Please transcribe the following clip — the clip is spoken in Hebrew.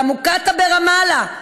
למוקטעה ברמאללה,